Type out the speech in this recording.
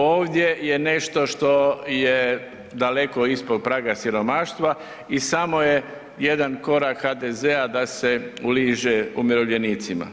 Ovdje je nešto što je daleko ispod praga siromaštva i samo je jedan korak HDZ-ada se uliže umirovljenicima.